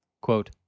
Quote